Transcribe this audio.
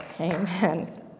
Amen